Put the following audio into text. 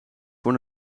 voor